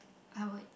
I would